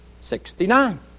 Sixty-nine